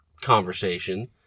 conversation